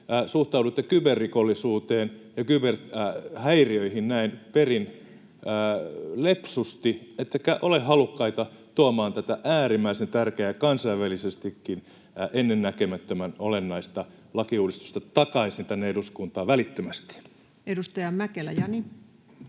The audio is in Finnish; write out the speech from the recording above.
suhtauduitte kyberrikollisuuteen ja kyberhäiriöihin näin perin lepsusti ettekä ole halukkaita tuomaan tätä äärimmäisen tärkeää, kansainvälisestikin ennennäkemättömän olennaista lakiuudistusta takaisin tänne eduskuntaan välittömästi. Edustaja Mäkelä, Jani.